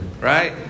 right